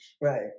right